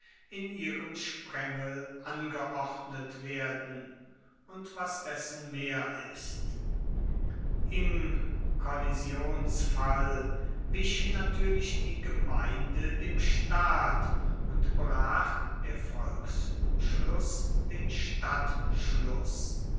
in ihrem sprengel angeordnet werden und was dessen mehr ist im kollisionsfall wich natürlich die gemeinde dem staat und brach der volksschluß den stadtschluß